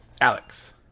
Alex